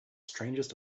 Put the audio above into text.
strangest